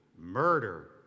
murder